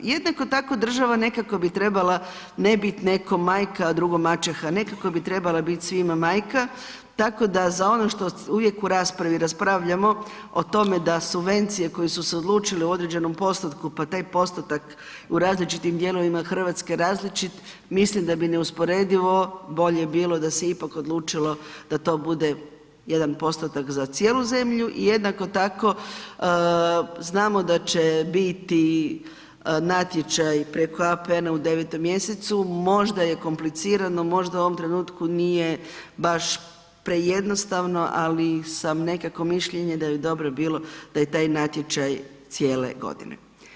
Jednako tako država nekako bi trebala ne bit nekome a drugom maćeha, nekako bi trebala bit svima majka, tako da za ono što uvijek u raspravi raspravljamo tome da subvencije koje su se odlučile u određenom postotku pa taj postotak u različitim dijelovima Hrvatske različit, mislim da bi neusporedivo bolje bilo da se ipak odlučilo da to bude jedan postotak za cijelu zemlju i jednako tako znamo da će biti natječaj preko APN-a u 9. mj., možda je komplicirano, možda u ovom trenutku nije baš prejednostavno ali sam nekako mišljenja da bi dobro bilo da je natječaj cijele godine.